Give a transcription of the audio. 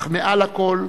אך מעל לכול,